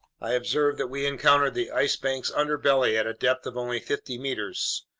i observed that we encountered the ice bank's underbelly at a depth of only fifty meters.